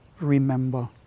remember